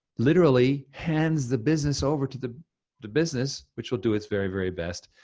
literally hands the business over to the the business, which will do it's very, very best.